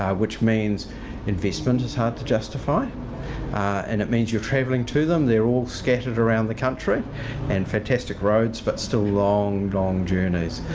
which means investment is hard to justify and it means you're travelling to them. they're all scattered around the country and fantastic roads but still long, long journeys.